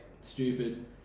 stupid